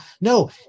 no